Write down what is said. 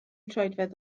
troedfedd